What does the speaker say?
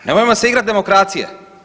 Nemojmo se igrat demokracije.